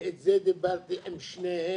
על זה דיברתי עם שניהם,